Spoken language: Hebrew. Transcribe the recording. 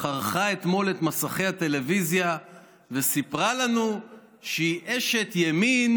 חרכה אתמול את מסכי הטלוויזיה וסיפרה לנו שהיא אשת ימין